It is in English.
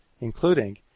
including